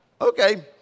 Okay